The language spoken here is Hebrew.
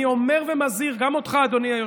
אני אומר ומזהיר, גם אותך, אדוני היושב-ראש: